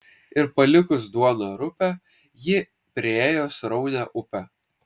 ir palikus duoną rupią ji priėjo sraunią upę